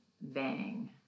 bang